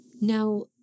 Now